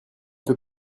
peux